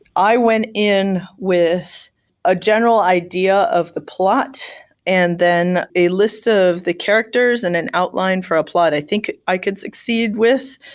i went in with a general idea of the plot and then a list of the characters and then and outline for a plot, i think i could succeed with,